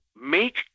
make